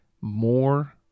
more